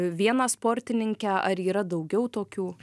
vieną sportininkę ar yra daugiau tokių